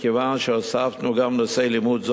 מכיוון שהוספנו גם נושאי לימוד,